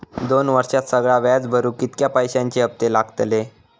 दोन वर्षात सगळा व्याज भरुक कितक्या पैश्यांचे हप्ते लागतले?